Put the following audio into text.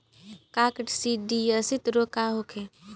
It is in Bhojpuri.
काकसिडियासित रोग का होखे?